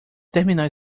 terminal